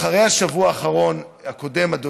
אחרי השבוע האחרון, הקודם, אדוני,